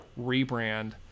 rebrand